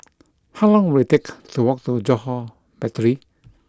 How long will it take to walk to Johore Battery